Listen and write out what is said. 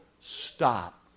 stop